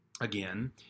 again